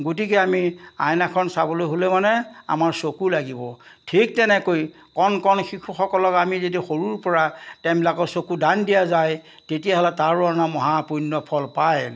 গতিকে আমি আইনাখন চাবলৈ হ'লে মানে আমাৰ চকু লাগিব ঠিক তেনেকৈ কণ কণ শিশুসকলক আমি যদি সৰুৰ পৰা তেওঁবিলাকৰ চকু দান দিয়া যায় তেতিয়াহ'লে তাৰো এটা মহাপুণ্য ফল পায়